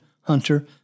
Hunter